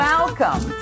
Welcome